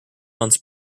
months